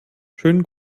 schönen